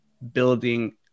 building